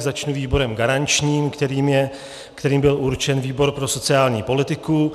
Začnu výborem garančním, kterým byl určen výbor pro sociální politiku.